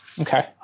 Okay